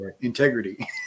integrity